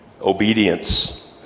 obedience